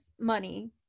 money